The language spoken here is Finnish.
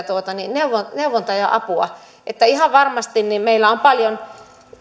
neuvontaa ja apua ihan varmasti meillä on